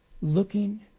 looking